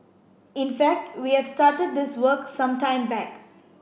in fact we have started this work some time back